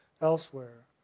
elsewhere